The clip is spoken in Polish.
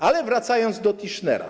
Ale wracając do Tischnera.